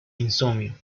insomnio